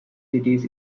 cities